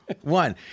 one